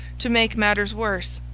to make matters worse,